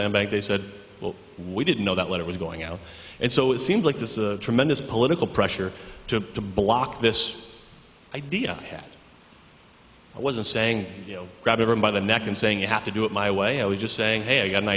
land bank they said well we didn't know that when it was going out and so it seemed like this tremendous political pressure to block this idea that i wasn't saying you know grab ever by the neck and saying you have to do it my way i was just saying hey i've got an